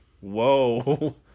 whoa